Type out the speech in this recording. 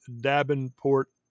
davenport